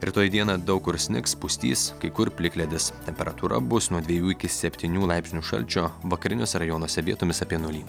rytoj dieną daug kur snigs pustys kai kur plikledis temperatūra bus nuo dvejų iki septynių laipsnių šalčio vakariniuose rajonuose vietomis apie nulį